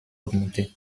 augmenté